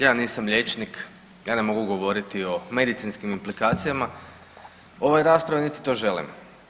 Ja nisam liječnik ja ne mogu govoriti o medicinskim implikacijama u ovoj raspravi niti to želim.